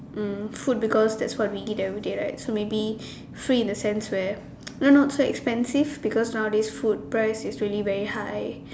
mm food because that's what we eat everyday right so maybe free in a sense where you know not so expensive because nowadays food price is really very high